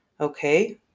Okay